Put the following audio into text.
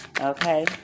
okay